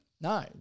no